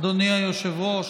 אדוני היושב-ראש,